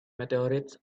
meteorites